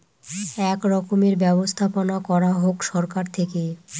এক রকমের ব্যবস্থাপনা করা হোক সরকার থেকে